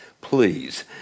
Please